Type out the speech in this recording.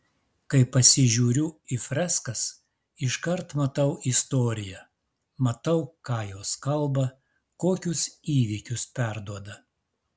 kai pasižiūriu į freskas iškart matau istoriją matau ką jos kalba kokius įvykius perduoda